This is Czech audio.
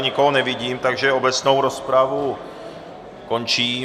Nikoho nevidím, takže obecnou rozpravu končím.